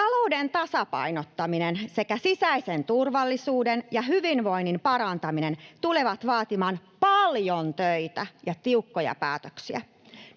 Talouden tasapainottaminen ja sisäisen turvallisuuden ja hyvinvoinnin parantaminen tulevat vaatimaan paljon töitä ja tiukkoja päätöksiä.